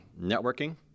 networking